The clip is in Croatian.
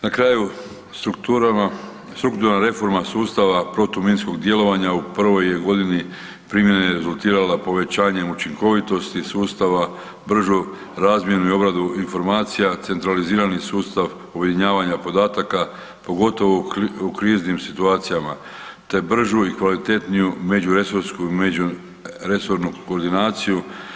Na kraju, strukturama, strukturna reforma sustava protuminskog djelovanja u prvoj je godini primjene rezultirala povećanjem učinkovitosti sustava, bržu razmjenu i obradu informacija, centralizirani sustav objedinjavanja podataka pogotovo u kriznim situacijama te bržu i kvalitetniju međuresorsku i međuresornu koordinaciju.